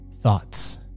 thoughts